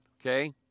okay